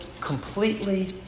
completely